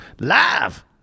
Live